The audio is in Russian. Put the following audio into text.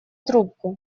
трубку